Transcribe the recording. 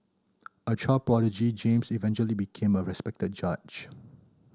a child prodigy James eventually became a respected judge